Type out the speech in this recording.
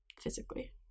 physically